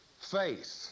faith